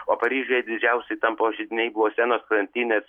o paryžiuje didžiausi įtampos židiniai buvo senos krantinės